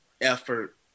effort